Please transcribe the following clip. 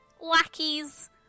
lackeys